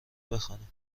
بخوانیم